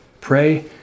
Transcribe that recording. Pray